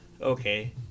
Okay